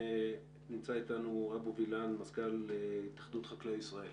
נמצא איתנו אבו וילן, מזכ"ל התאחדות חקלאי ישראל.